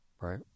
right